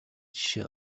жишээ